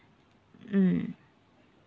mm